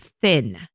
thin